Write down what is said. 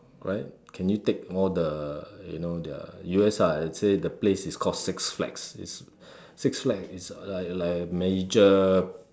right can you take all the you know the U_S ah let's say the place is called six flags is six flags is like a like a major